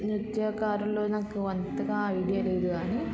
నృత్యకారులు నాకు అంతగా ఐడియా లేదు కానీ